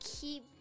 keep